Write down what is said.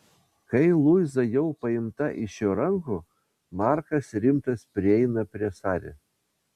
kai luiza jau paimta iš jo rankų markas rimtas prieina prie sari